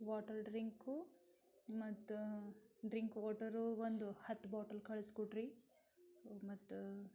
water drink ಮತ್ತು drink water ಒಂದು ಹತ್ತು ಬಾಟಲ್ ಕಳಿಸ್ಕೊಡ್ರಿ ಮತ್ತೆ